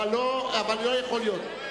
אבל לא יכול להיות.